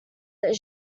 that